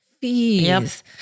fees